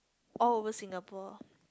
all over Singapore